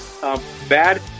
bad